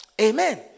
Amen